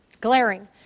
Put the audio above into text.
glaring